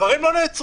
הדברים לא נעצרו.